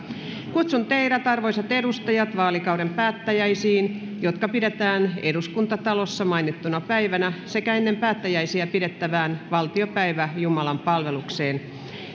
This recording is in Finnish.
kutsun teidät arvoisat edustajat vaalikauden päättäjäisiin jotka pidetään eduskuntatalossa mainittuna päivänä sekä ennen päättäjäisiä pidettävään valtiopäiväjumalanpalvelukseen